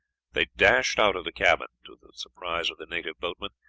they dashed out of the cabin, to the surprise of the native boatmen,